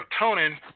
serotonin